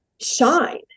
shine